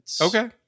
Okay